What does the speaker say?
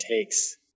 takes